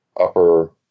upper